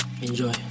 Enjoy